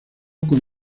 con